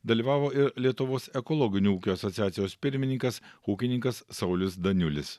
dalyvavo ir lietuvos ekologinių ūkių asociacijos pirmininkas ūkininkas saulius daniulis